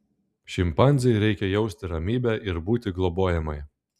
šimpanzei reikia jausti ramybę ir būti globojamai